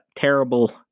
terrible